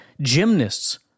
Gymnasts